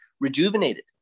rejuvenated